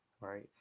right